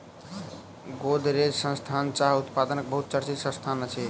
गोदरेज संस्थान चाह उत्पादनक बहुत चर्चित संस्थान अछि